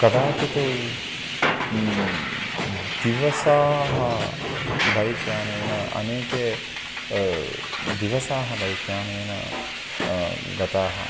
कदाचित् दिवसाः बैक् यानेन अनेके दिवसाः बैक् यानेन गताः